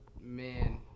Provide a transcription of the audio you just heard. man